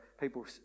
people